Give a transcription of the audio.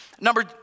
Number